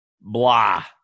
blah